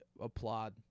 applaud